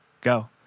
go